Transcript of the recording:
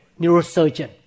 neurosurgeon